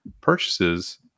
purchases